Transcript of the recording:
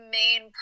main